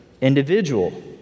individual